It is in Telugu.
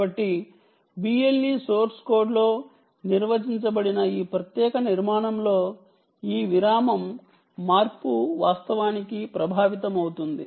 కాబట్టి BLE సోర్స్ కోడ్ లో నిర్వచించబడిన ఈ ప్రత్యేక నిర్మాణంలో ఈ విరామం మార్పు వాస్తవానికి ప్రభావితమవుతుంది